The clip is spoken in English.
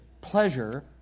Pleasure